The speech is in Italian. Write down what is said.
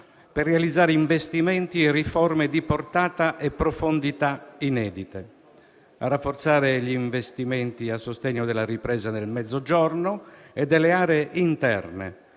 per realizzare investimenti e riforme di portata e profondità inedite, a rafforzare gli investimenti a sostegno della ripresa nel Mezzogiorno e delle aree interne